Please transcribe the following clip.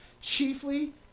chiefly